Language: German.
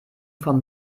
vom